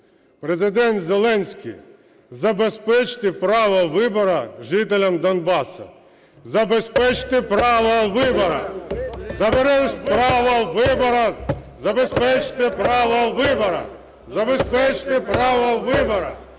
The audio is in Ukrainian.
Президенте Зеленський, забезпечте право вибору жителям Донбасу. Забезпечте право вибору! Забезпечте право вибору! Забезпечте право вибору!